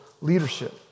leadership